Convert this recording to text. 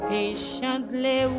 patiently